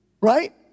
Right